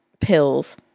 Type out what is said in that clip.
pills